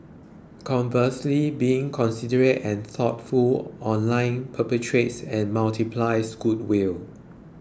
conversely being considerate and thoughtful online perpetuates and multiplies goodwill